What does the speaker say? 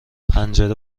پنجره